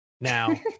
Now